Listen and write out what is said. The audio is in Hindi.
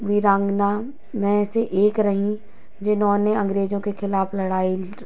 वीरांगना में से एक रही जिन्होंने अंग्रेजों के खिलाफ लड़ाई